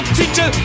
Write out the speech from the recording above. teacher